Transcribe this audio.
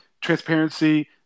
transparency